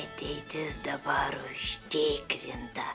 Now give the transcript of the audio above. ateitis dabar užtikrinta